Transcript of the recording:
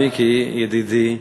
מיקי ידידי,